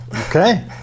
okay